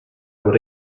would